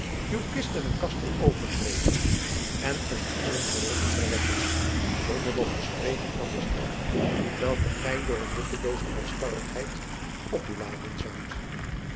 uw kisten en kasten openbreken en een burengerucht verwekken zonder nog te spreken van de straf welke gy door een nuttelooze halsstarrigheid op u laden zoudt